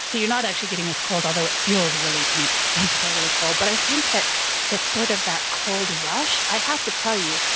you're not actually getting as cold, although it feels really, i mean, it does feel really cold, but i think that it's sort of that cold rush i have to tell you,